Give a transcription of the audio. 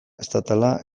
estatala